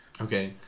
Okay